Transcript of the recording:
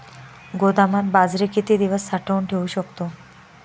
गोदामात बाजरी किती दिवस साठवून ठेवू शकतो?